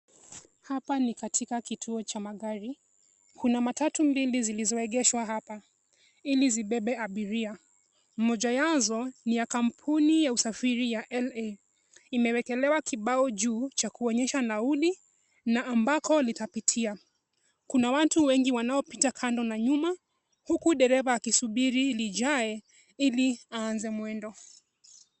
Hapa ni katika kituo cha magari. Kuna matatu mbili zilizoegeshwa hapa ili zibebe abiira. Moja yazo ni ya kampuni ya usafiri ya LA. Imewekelewa kibao juu cha kuonyesha nauli na ambako litapitia. Kuna watu wengi wanaopita kando na nyuma huku dereva akisubiri lijae ili anze mwendo.